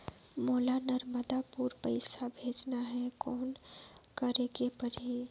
मोला नर्मदापुर पइसा भेजना हैं, कौन करेके परही?